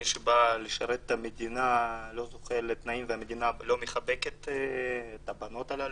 שמי שבא לשרת את המדינה לא זוכה לתנאים והמדינה לא מחבקת את הבנות הללו.